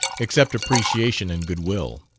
except appreciation and goodwill.